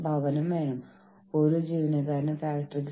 അതിനാൽ അവർ അവരുടെ ജോലികൾ ശ്രദ്ധിക്കുന്നു